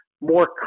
more